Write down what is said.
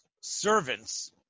Servants